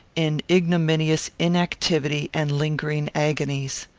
in ignominious inactivity and lingering agonies.